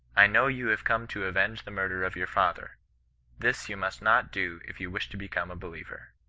i know you have come to avenge the murder of your father this you must not do if you wish to become a believer